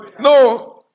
No